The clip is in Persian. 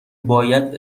باید